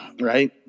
right